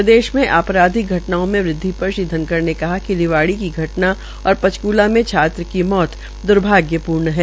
प्रदेश में आपराधिक घटनाओं में वृदवि पर भी श्री धनखड़ ने कहा कि रिवाड़ी का घटना और पंचकूला में छात्रा की मौत द्भाग्यपूर्ण है